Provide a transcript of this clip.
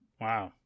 Wow